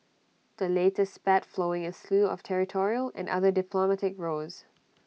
the latest spat flowing A slew of territorial and other diplomatic rows